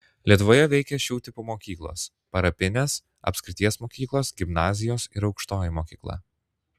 lietuvoje veikė šių tipų mokyklos parapinės apskrities mokyklos gimnazijos ir aukštoji mokykla